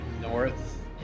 north